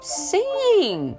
singing